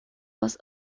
was